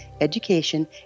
education